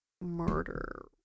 murder